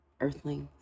earthlings